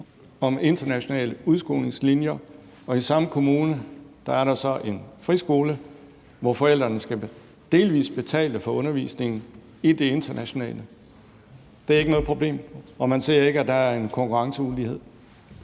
om internationale udskolingslinjer, og at der i samme kommune så er en friskole, hvor forældrene delvis skal betale for undervisningen i det internationale. Det er ikke noget problem, og man ser ikke, at der er en konkurrenceulighed?